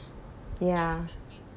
ya